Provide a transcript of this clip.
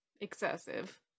excessive